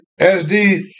SD